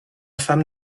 femme